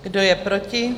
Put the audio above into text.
Kdo je proti?